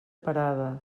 parada